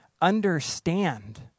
understand